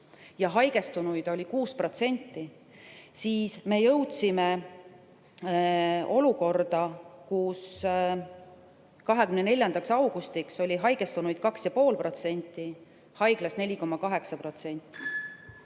ja haigestunuid oli 6%, siis me jõudsime olukorda, kus 24. augustiks oli haigestunuid 2,5% ja haiglas 4,8%.